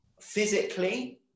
Physically